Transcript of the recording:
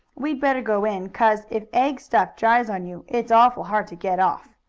we'd better go in, cause if egg-stuff dries on you it's awful hard to get off.